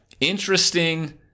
interesting